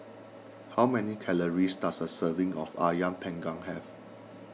how many calories does a serving of Ayam Panggang have